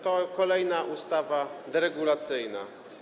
To kolejna ustawa deregulacyjna.